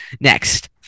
next